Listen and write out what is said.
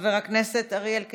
חבר הכנסת אריאל קלנר,